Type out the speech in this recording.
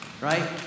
right